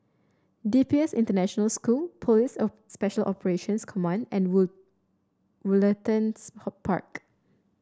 D P S International School Police of Special Operations Command and Wood Woollertons hot Park